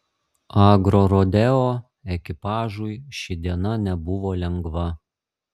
agrorodeo ekipažui ši diena nebuvo lengva